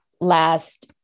last